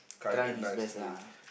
trying his best lah